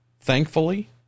Thankfully